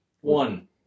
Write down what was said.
One